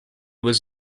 was